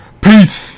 Peace